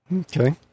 Okay